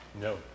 No